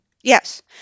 Yes